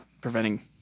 preventing